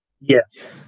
Yes